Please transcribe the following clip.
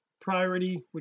priority